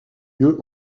lieu